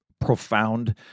profound